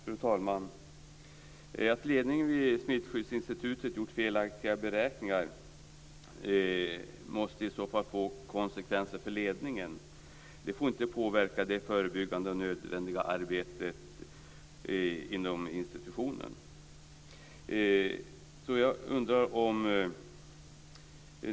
Fru talman! Att ledningen vid Smittskyddsinstitutet har gjort felaktiga beräkningar måste i så fall få konsekvenser för ledningen. Det får inte påverka det förebyggande och nödvändiga arbetet inom institutionen.